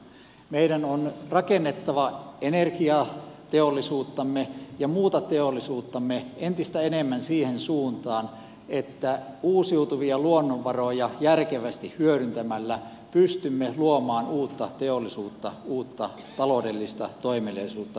meidän on rakennettava energiateollisuuttamme ja muuta teollisuuttamme entistä enemmän siihen suuntaan että uusiutuvia luonnonvaroja järkevästi hyödyntämällä pystymme luomaan uutta teollisuutta uutta taloudellista toimeliaisuutta ja työpaikkoja